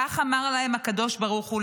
כך אמר להם הקדוש ברוך הוא,